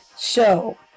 Show